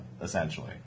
essentially